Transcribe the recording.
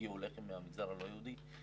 הגיעו אליכם מהמגזר הלא יהודי?